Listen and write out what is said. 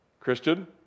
Christian